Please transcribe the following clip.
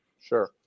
Sure